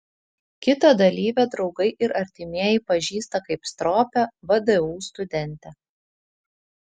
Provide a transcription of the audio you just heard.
kitą dalyvę draugai ir artimieji pažįsta kaip stropią vdu studentę